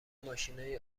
ماشینای